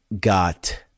got